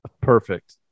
Perfect